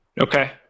Okay